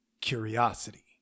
curiosity